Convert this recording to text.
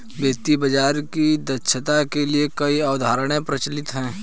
वित्तीय बाजार की दक्षता के लिए कई अवधारणाएं प्रचलित है